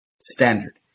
standard